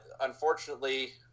unfortunately